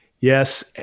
Yes